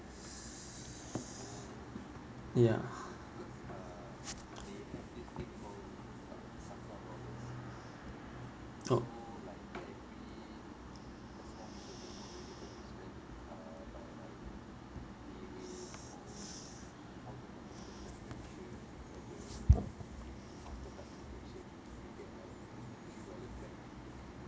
ya orh